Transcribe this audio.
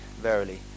verily